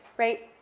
right,